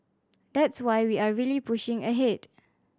that's why we are really pushing ahead